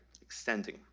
Extending